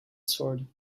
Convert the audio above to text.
sword